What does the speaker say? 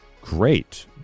great